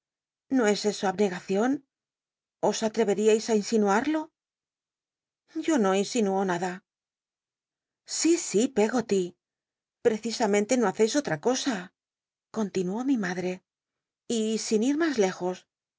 xo es eso abneramente no insinuo nada si si j eggoly precisamente no haccis otra cosa continuó mi madre y sin ir mas lejos